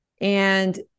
And-